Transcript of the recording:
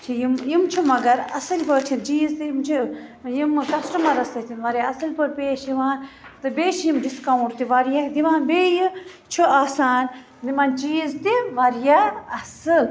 چھِ یِم یِم چھِ مگر اَصٕلۍ پٲٹھۍ یِم چیٖز تہِ یِم چھِ یِمہٕ کسٹٕمَرس سۭتۍ واریاہ اَصٕل پٲٹھۍ پیش یِوان تہٕ بیٚیہِ چھِ یِم ڈِسکاوُنٛٹ تہِ واریاہ دِوان بیٚیہِ چھُ آسان یِمن چیٖز تہِ واریاہ اَصٕل